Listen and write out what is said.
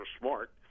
smart